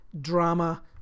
drama